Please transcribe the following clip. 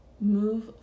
move